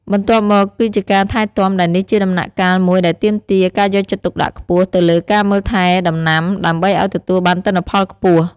បន្ទាប់មកគឺជាការថែទាំ ដែលនេះជាដំណាក់កាលមួយដែលទាមទារការយកចិត្តទុកដាក់ខ្ពស់ទៅលើការមើលថែដំណាំ ដើម្បីឲ្យទទួលបានទិន្នផលខ្ពស់។